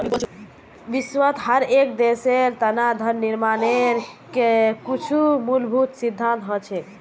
विश्वत हर एक देशेर तना धन निर्माणेर के कुछु मूलभूत सिद्धान्त हछेक